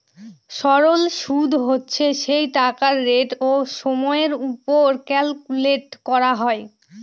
সরল সুদ হচ্ছে সেই টাকার রেট ও সময়ের ওপর ক্যালকুলেট করা হয়